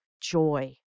joy